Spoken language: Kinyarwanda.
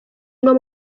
uno